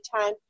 time